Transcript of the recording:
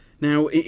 Now